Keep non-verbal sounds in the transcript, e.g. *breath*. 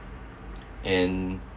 *breath* and